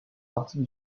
parties